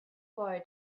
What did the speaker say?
boy